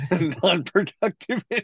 Non-productive